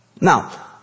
Now